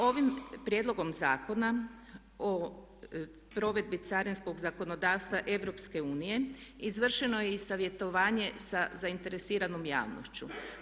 Ovim prijedlogom Zakona o provedbi carinskog zakonodavstva EU izvršeno je i savjetovanje sa zainteresiranom javnošću.